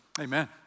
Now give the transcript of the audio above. Amen